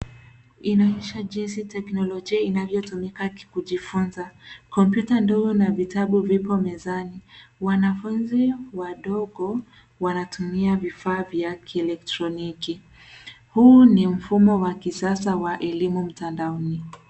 Inaonyesha jinsi teknolojia inavyotumika kujifunza. Kompyuta ndogo na vitabu vipo mezani. Wanafunzi wadogo wanatumia vifaa vya kielektroniki. Huu ni mfumo wa kisasa wa elimu mtandaoni.